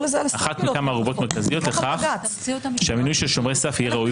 אחת מכמה ערובות מרכזיות לכך שהמינוי של שומרי סף יהיה ראוי